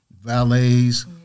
valets